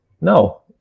no